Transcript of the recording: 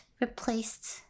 replaced